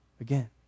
again